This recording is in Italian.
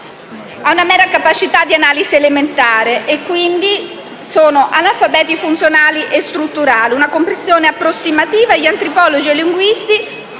ha una mera capacità di analisi elementare e, quindi, sono analfabeti funzionali e strutturali con una comprensione approssimativa. Gli antropologi e i linguisti